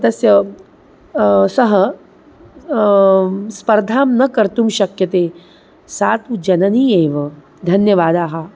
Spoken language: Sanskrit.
तस्य सः स्पर्धां न कर्तुं शक्यते सा तु जननी एव धन्यवादाः